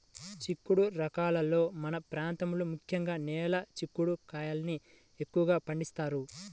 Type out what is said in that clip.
చిక్కుడు రకాలలో మన ప్రాంతంలో ముఖ్యంగా నేల చిక్కుడు కాయల్ని ఎక్కువగా పండిస్తారు